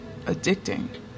addicting